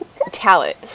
talent